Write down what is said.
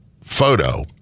photo